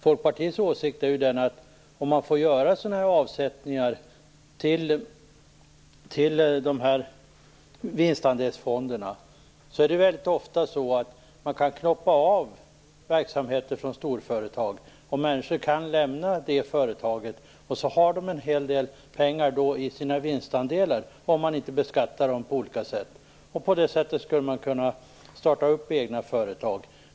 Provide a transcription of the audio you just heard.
Folkpartiets åsikt är den att om man får göra avsättningar till vinstandelsfonderna är det ofta möjligt att knoppa av verksamheter från storföretag. Människor kan på så sätt lämna det företaget, och de har då en hel del pengar i sina vinstandelar, om de inte beskattas på olika sätt. På det sättet skulle de ha möjlighet att starta egna företag.